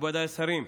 מכובדיי השרים,